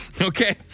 okay